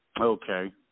Okay